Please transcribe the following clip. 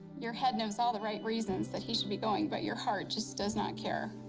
your head knows all the right reasons that he should be going, but your heart just does not care.